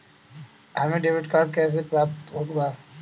हमें debit card कैसे प्राप्त होगा?